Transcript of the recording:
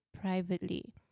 privately